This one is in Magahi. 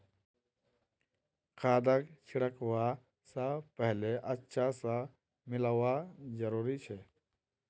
खादक छिड़कवा स पहले अच्छा स मिलव्वा जरूरी छ